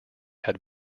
had